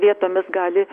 vietomis gali